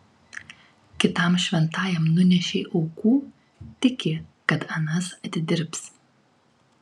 kitam šventajam nunešei aukų tiki kad anas atidirbs